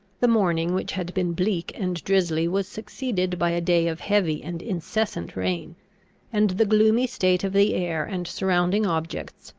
the morning, which had been bleak and drizzly, was succeeded by a day of heavy and incessant rain and the gloomy state of the air and surrounding objects,